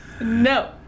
No